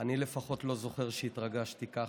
אני לפחות לא זוכר שהתרגשתי ככה.